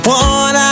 one